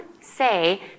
say